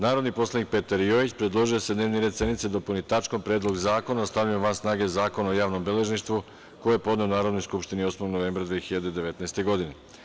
Narodni poslanik Petar Jojić predložio je da se dnevni red sednice dopuni tačkom – Predlog zakona o stavljanju van snage Zakona o javnom beležništvu, koji je podneo Narodnoj skupštini 8. novembra 2019. godine.